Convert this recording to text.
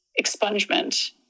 expungement